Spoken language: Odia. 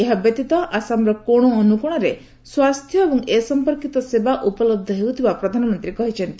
ଏହାବ୍ୟତୀତ ଆସାମର କୋଣଅନୁକୋଣରେ ସ୍ୱାସ୍ଥ୍ୟ ଏବଂ ଏ ସମ୍ପର୍କିତ ସେବା ଉପଲବ୍ଧ ହେଉଥିବା ପ୍ରଧାନମନ୍ତ୍ରୀ କହିଚ୍ଚନ୍ତି